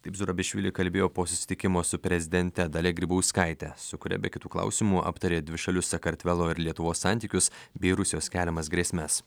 taip zurabišvili kalbėjo po susitikimo su prezidente dalia grybauskaitė su kuria be kitų klausimų aptarė dvišalius sakartvelo ir lietuvos santykius bei rusijos keliamas grėsmes